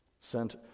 sent